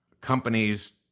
companies